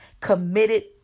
committed